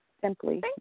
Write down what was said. Simply